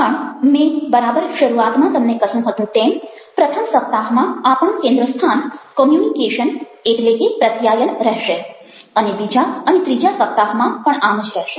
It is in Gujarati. પણ મેં બરાબર શરૂઆતમાં તમને કહ્યું હતું તેમ પ્રથમ સપ્તાહમાં આપણું કેન્દ્ર સ્થાન કમ્યુનિકેશન communication એટલે કે પ્રત્યાયન રહેશે અને બીજા અને ત્રીજા સપ્તાહમાં પણ આમ જ રહેશે